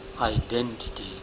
identity